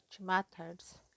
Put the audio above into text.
Methods